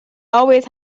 always